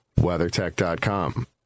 WeatherTech.com